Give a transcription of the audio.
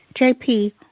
JP